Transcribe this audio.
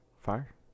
fire